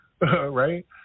right